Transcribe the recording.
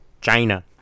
China